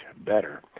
better